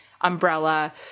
umbrella